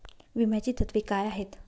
विम्याची तत्वे काय आहेत?